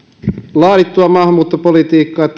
laadittua ja hallittua maahanmuuttopolitiikkaa